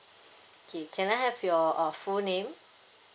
okay can I have your uh full name